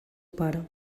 pare